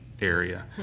area